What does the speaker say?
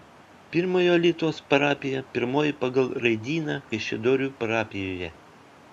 pirmojo alytaus parapija pirmoji pagal raidyną kaišiadorių parapijoje